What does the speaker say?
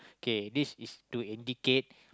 kay this is to indicate